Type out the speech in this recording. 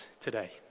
today